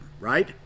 right